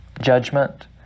judgment